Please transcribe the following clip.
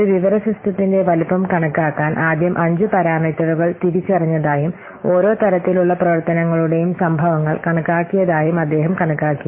ഒരു വിവര സിസ്റ്റത്തിന്റെ വലുപ്പം കണക്കാക്കാൻ ആദ്യം അഞ്ച് പാരാമീറ്ററുകൾ തിരിച്ചറിഞ്ഞതായും ഓരോ തരത്തിലുള്ള പ്രവർത്തനങ്ങളുടെയും സംഭവങ്ങൾ കണക്കാക്കിയതായും അദ്ദേഹം കണക്കാക്കി